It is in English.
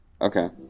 Okay